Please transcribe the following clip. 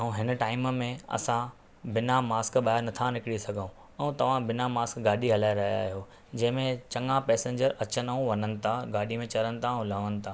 ऐं हिन टाइम में असां बिना मास्क ॿाहिरि नथा निकिरी सघूं ऐं तव्हां बिना मास्क गाॾी हलाए रहिया आहियो जंहिंमें चङा पैसेंजर अचनि ऐं वञनि था गाॾी में चढ़नि था ऐं लहनि था